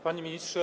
Panie Ministrze!